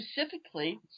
specifically